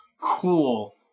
Cool